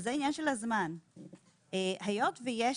עניין הזמן, ועוד רכיב